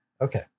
Okay